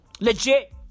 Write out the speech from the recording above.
Legit